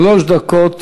תודה.